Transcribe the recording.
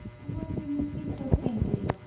why do you speak so faintly?